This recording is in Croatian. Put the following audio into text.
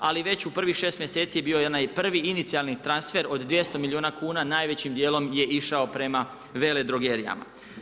Ali već prvih 6 mjeseci bio je onaj prvi inicijalni transfer od 200 milijuna kuna najvećim djelom gdje je išao prema veledrogerijama.